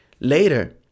later